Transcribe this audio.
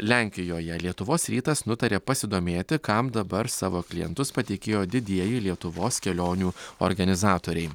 lenkijoje lietuvos rytas nutarė pasidomėti kam dabar savo klientus patikėjo didieji lietuvos kelionių organizatoriai